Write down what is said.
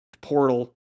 portal